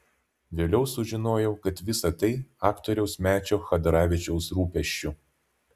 vėliau sužinojau kad visa tai aktoriaus mečio chadaravičiaus rūpesčiu